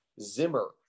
Zimmer